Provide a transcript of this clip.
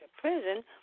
prison